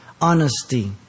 honesty